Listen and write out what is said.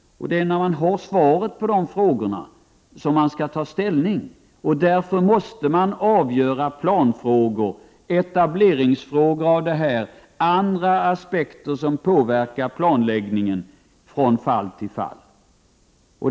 Det är när man har svaret på dessa frågor som man skall ta ställning. Därför måste man från fall till fall ta ställning till planfrågor, etableringsfrågor och andra aspekter som påverkar planläggningen.